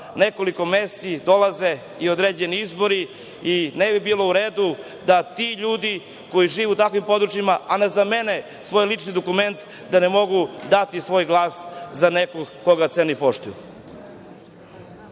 nekoliko meseci dolaze i određeni izbori i ne bi bilo u redu da ti ljudi koji žive u takvim područjima, a ne zamene svoje lične dokumente, da ne mogu dati svoj glas za nekoga koga cene i poštuju.